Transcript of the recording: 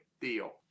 deal